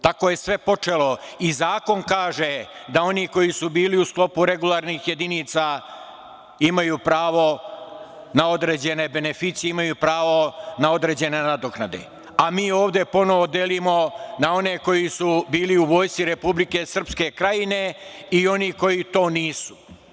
Tako je sve počelo i zakon kaže da oni koji su bili u sklopu regularnih jedinica imaju pravo na određene beneficije, imaju pravo na određene nadoknade, a mi ovde ponovo delimo na one koji su bili u Vojsci Republike Srpske Krajine i one koji to nisu.